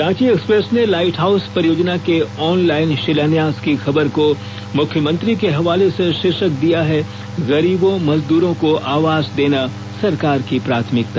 Ranchi express ने light house परियोजना के ऑनलाइन शिलान्यास की खबर को मुख्यमंत्री के हवाले से शीर्षक दिया है गरीबों मजदूरों को आवास देना सरकार की प्राथमिकता